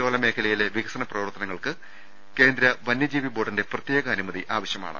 ലോല മേഖ്ലയിലെ വികസന പ്രവർത്തനങ്ങൾക്ക് കേന്ദ്ര വനൃജീവി ബോർഡിന്റെ പ്രത്യേക അനുമതി ആവശ്യമാണ്